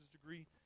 degree